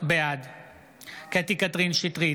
בעד קטי קטרין שטרית,